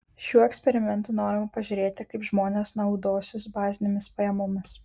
šiuo eksperimentu norima pažiūrėti kaip žmonės naudosis bazinėmis pajamomis